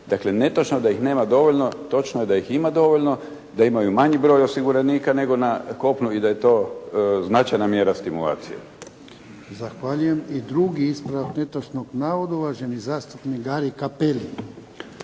Dakle netočno da ih nema dovoljno. Točno je da ih ima dovoljno. Da imaju manji broj osiguranika nego na kopnu i da je to značajna mjera stimulacije. **Jarnjak, Ivan (HDZ)** Zahvaljujem. I drugi ispravak netočnog navoda uvaženi zastupnik Gari Capelli.